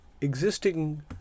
existing